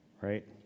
Right